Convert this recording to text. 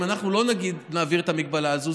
אם לא נעביר את ההגבלה הזאת,